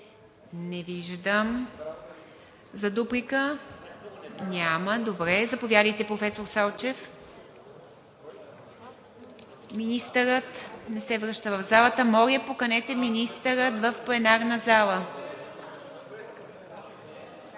Не виждам. За дуплика? Няма. Заповядайте, професор Салчев. Министърът не се връща в залата. Моля, поканете министъра в пленарната